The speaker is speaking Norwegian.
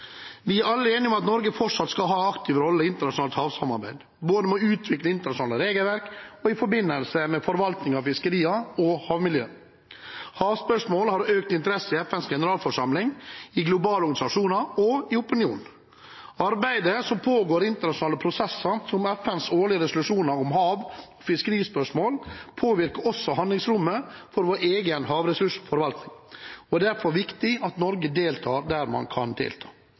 Vi er alle enige om at Norge fortsatt skal ha en aktiv rolle i internasjonalt havsamarbeid, både i å utvikle internasjonale regelverk og i forbindelse med forvaltning av fiskeriene og havmiljøet. Havspørsmål har økt interesse i FNs generalforsamling, i globale organisasjoner og i opinionen. Arbeidet som pågår i internasjonale prosesser, som FNs årlige resolusjoner om hav og fiskerispørsmål, påvirker også handlingsrommet for vår egen havressursforvaltning. Det er derfor viktig at Norge deltar der man kan delta.